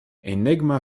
enigma